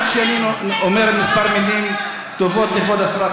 עד שאני אומר כמה מילים טובות לכבוד השרה,